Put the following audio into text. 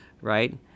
right